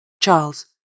Charles